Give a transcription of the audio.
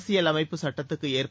அரசியலமைப்புச் சுட்டத்துக்கு ஏற்ப